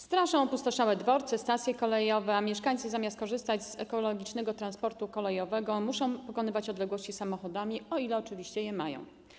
Straszą opustoszałe dworce, stacje kolejowe, a mieszkańcy zamiast korzystać z ekologicznego transportu kolejowego, muszą pokonywać odległości samochodami, o ile oczywiście je mają.